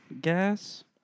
gas